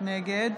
נגד